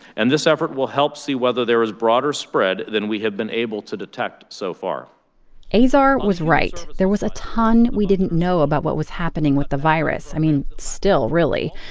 and this effort will help see whether there is broader spread than we have been able to detect so far azar was right. there was a ton we didn't know about what was happening with the virus i mean, still, really.